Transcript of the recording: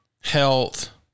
health